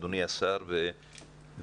אדוני השר והמנכ"ל,